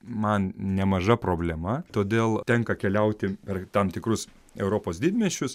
man nemaža problema todėl tenka keliauti per tam tikrus europos didmiesčius